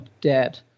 dead